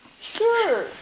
Sure